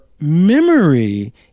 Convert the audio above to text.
memory